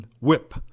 whip